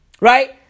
Right